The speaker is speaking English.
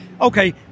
Okay